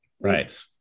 Right